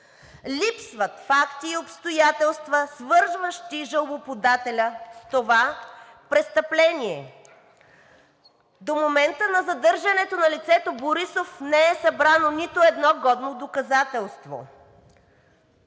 Липсват факти и обстоятелства, свързващи жалбоподателя с това престъпление. До момента на задържането на лицето Борисов не е събрано нито едно годно доказателство.